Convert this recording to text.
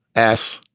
s,